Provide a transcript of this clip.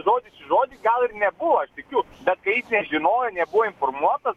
žodis į žodį gal ir nebuvo aš tikiu bet kaip nežinojo nebuvo informuotas